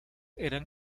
eran